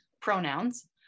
pronouns